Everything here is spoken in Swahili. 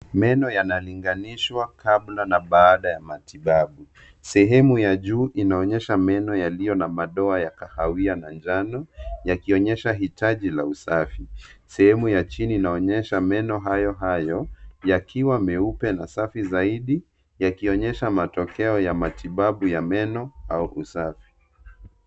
Meno yanalinganishwa kabla na baada ya matibabu. Sehemu ya juu inaonyesha meno yaliyo na madoa ya kahawia na njano, yakionyesha hitaji la usafi. Sehemu ya chini inaonyesha meno hayo hayo, yakiwa meupe na safi zaidi , yakionyesha matokeo ya matibabu ya meno au usafi.